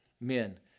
Men